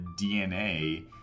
dna